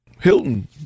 Hilton